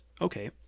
okay